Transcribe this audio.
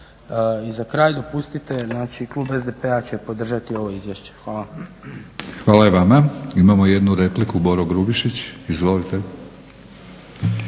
I za kraj dopustite, znači klub SDP-a će podržati ovo izvješće. Hvala. **Batinić, Milorad (HNS)** Hvala i vama. Imamo jednu repliku, Boro Grubišić. Izvolite.